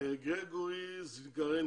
גרגורי זינגרנקו,